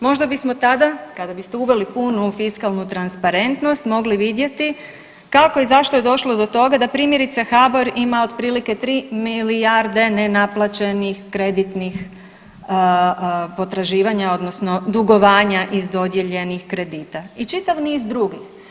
Možda bismo tada kada biste uveli kunu u fiskalnu transparentnost mogli vidjeti kako i zašto je došlo do toga da primjerice HBOR ima otprilike 3 milijarde ne naplaćenih kreditnih potraživanja odnosno dugovanja iz dodijeljenih kredita i čitav niz drugih.